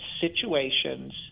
situations